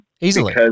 easily